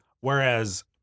Whereas